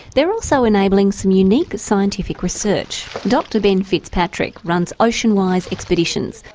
they're also enabling some unique scientific research. dr ben fitzpatrick runs oceanwise expeditions.